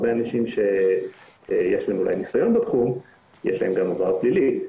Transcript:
הרבה אנשים שיש להם אולי ניסיון בתחום יש להם גם עבר פלילי,